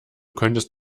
könntest